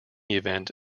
event